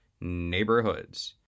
neighborhoods